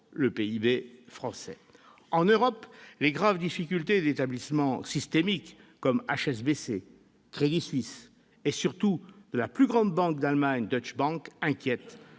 le PIB français. En Europe, les graves difficultés d'établissement systémiques, comme HSBC, Crédit Suisse et, surtout, Deutsche Bank, la plus grande banque d'Allemagne, inquiètent.